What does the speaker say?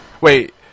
Wait